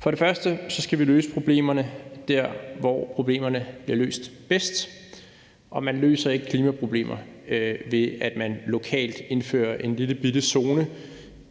For det første skal vi løse problemerne der, hvor problemerne bliver løst bedst, og man løser ikke klimaproblemer, ved at man lokalt indfører en lillebitte zone